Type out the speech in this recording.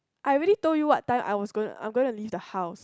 I already told you what time I was I'm going to leave the house